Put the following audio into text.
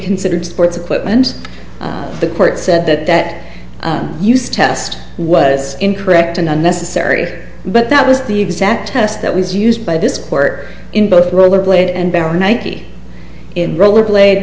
considered sports equipment the court said that that used test was incorrect and unnecessary but that was the exact test that was used by this court in both roller blade and barrel nike in roller blade